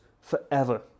forever